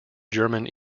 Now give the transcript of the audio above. german